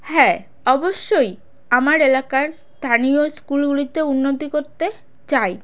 হ্যাঁ অবশ্যই আমার এলাকার স্থানীয় ইস্কুলগুলিতে উন্নতি করতে চাই